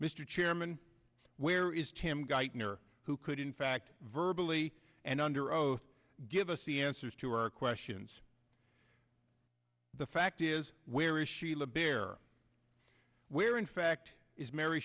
mr chairman where is tim geitner who could in fact verbal e and under oath give us the answers to our questions the fact is where is she live there where in fact is mary